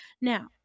Now